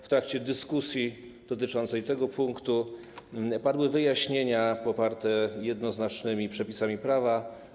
W trakcie dyskusji dotyczącej tego punktu padły wyjaśnienia poparte jednoznacznymi przepisami prawa.